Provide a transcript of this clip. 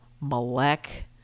Malek